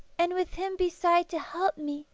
and with him beside to help me,